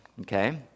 okay